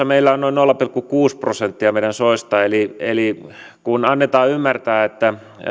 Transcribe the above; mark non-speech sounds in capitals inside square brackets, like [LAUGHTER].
[UNINTELLIGIBLE] meillä on turvetuotannossa noin nolla pilkku kuusi prosenttia meidän soista eli eli kun annetaan ymmärtää että